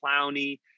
clowny